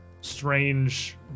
strange